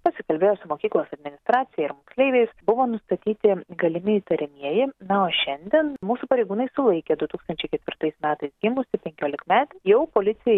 pasikalbėjo su mokyklos administracija ir moksleiviais buvo nustatyti galimi įtariamieji na o šiandien mūsų pareigūnai sulaikė du tūkstančiai ketvirtais metais gimusį penkiolikmetį jau policijai